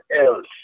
else